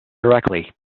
directly